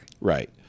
Right